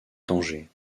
tanger